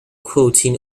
quoting